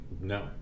No